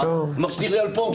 זה משליך על פה.